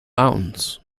mountains